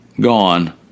gone